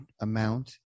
amount